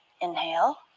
inhale